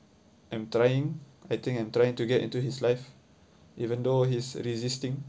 I'm trying I think I'm trying to get into his life even though he's resisting